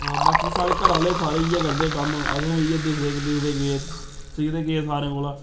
बाकी साढ़े घरै आह्ले सारे इ'यै करदे कम्म असें बी इ'यै दिखदे दिखदे गे सिखदे गे सारें कोला